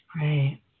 Right